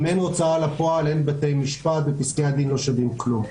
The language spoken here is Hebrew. אם אין הוצאה לפועל אין בתי משפט ופסקי הדין לא שווים כלום,